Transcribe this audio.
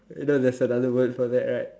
you know there's another word for that right